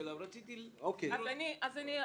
אשיב.